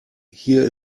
hier